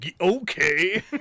okay